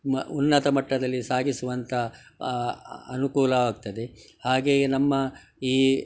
ಮ ಉನ್ನತ ಮಟ್ಟದಲ್ಲಿ ಸಾಗಿಸುವಂಥ ಅನುಕೂಲವಾಗ್ತದೆ ಹಾಗೆಯೇ ನಮ್ಮ ಈ